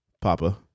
Papa